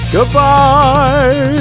Goodbye